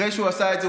אחרי שהוא עשה את זה,